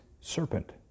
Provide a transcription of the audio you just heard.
serpent